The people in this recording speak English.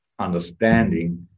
Understanding